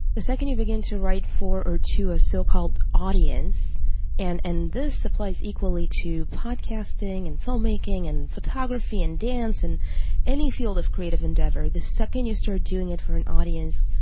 the second you begin to write for or to a certain so-called audience and and this applies equally to podcasting, and film-making, and photography, and dance, and any field of creative endeavor the second you start doing it for an audience,